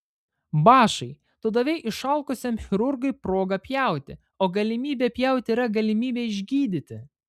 bašai tu davei išalkusiam chirurgui progą pjauti o galimybė pjauti yra galimybė išgydyti